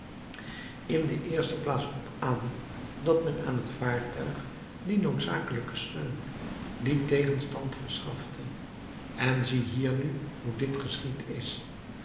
in de eerste plaats op aan dat men aan het vaartuig dien noodzakelijken steun dien tegenstand verschafte en zie hier nu hoe dit geschied is